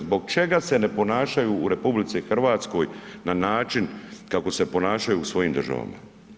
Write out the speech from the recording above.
Zbog čega se ne ponašaju u RH na način kako se ponašaju u svojim državama?